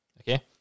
okay